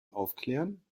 aufklären